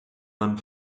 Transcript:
man